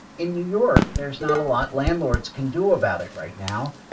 in new york, there's not a lot landlords can do about it right now.